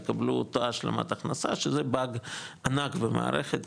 יקבלו אותו השלמת הכנסה שזה באג ענק במערכת,